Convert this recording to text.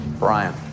brian